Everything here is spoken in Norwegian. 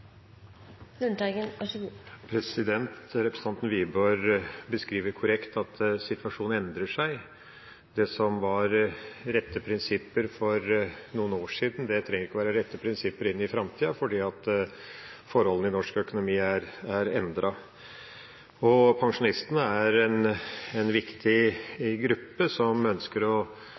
Representanten Wiborg beskriver korrekt at situasjonen endrer seg. Det som var rette prinsipper for noen år siden, trenger ikke å være rette prinsipper inn i framtida, fordi forholdene i norsk økonomi er endret. Pensjonistene er en viktig gruppe som ønsker å